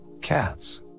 cats